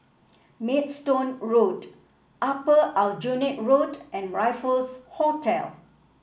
Maidstone Road Upper Aljunied Road and Raffles Hotel